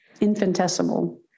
infinitesimal